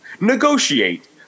negotiate